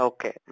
Okay